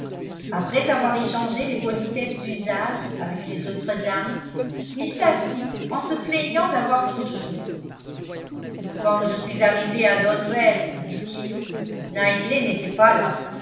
après avoir échangé les politesses d'usage avec les autres dames il s'assit en se plaignant d'avoir trop chaud quand je suis arrivé à donwell dit-il knightley n'était pas là